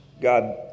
God